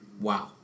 Wow